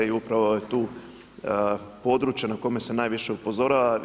I upravo je tu područje na koje se najviše upozorava.